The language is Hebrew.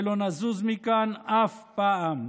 ולא נזוז מכאן אף פעם.